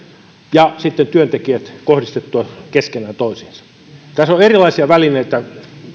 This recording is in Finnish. ja sitten työntekijät kohdistettua keskenään toisiinsa tässä on erilaisia välineitä